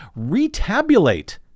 retabulate